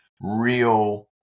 real